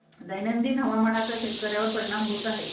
दैनंदिन हवामानाचा शेतकऱ्यांवर परिणाम होत आहे